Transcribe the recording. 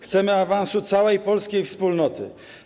Chcemy awansu całej polskiej wspólnoty.